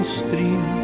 stream